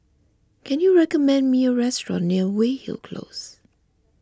can you recommend me a restaurant near Weyhill Close